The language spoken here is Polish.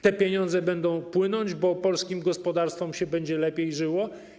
Te pieniądze będą płynąć, bo polskim gospodarstwom się będzie lepiej żyło?